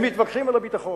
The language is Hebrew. הם מתווכחים על הביטחון.